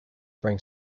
bring